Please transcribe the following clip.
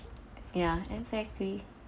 ya exactly